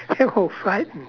they were frightened